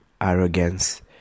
arrogance